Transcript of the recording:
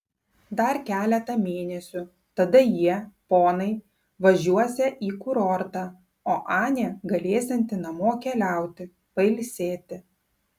dar keletą mėnesių tada jie ponai važiuosią į kurortą o anė galėsianti namo keliauti pailsėti